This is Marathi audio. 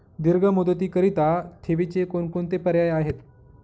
दीर्घ मुदतीकरीता ठेवीचे कोणकोणते पर्याय आहेत?